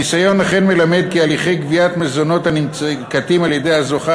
הניסיון אכן מלמד כי הליכי גביית מזונות הננקטים על-ידי הזוכה